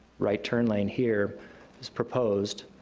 right turn lane here is proposed.